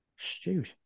Shoot